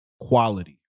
quality